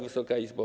Wysoka Izbo!